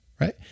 right